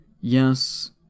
-"Yes